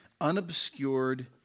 unobscured